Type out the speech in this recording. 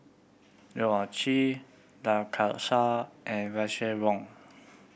Loh Ah Chee Lai Kew Chai and Russel Wong